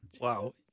Wow